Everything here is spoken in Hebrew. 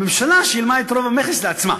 הממשלה שילמה את רוב המכס לעצמה.